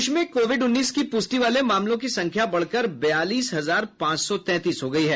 देश में कोविड उन्नीस की पूष्टि वाले मामलों की संख्या बढ़कर बयालीस हजार पांच सौ तैंतीस हो गई हैं